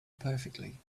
perfectly